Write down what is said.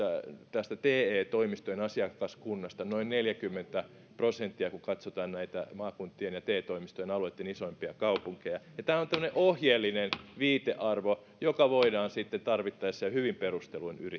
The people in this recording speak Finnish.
tästä te toimistojen asiakaskunnasta noin neljäkymmentä prosenttia kun katsotaan näitä maakuntien ja te toimistojen alueitten isoimpia kaupunkeja tämä on tämmöinen ohjeellinen viitearvo joka voidaan sitten tarvittaessa ja hyvin perusteluin